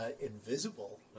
Invisible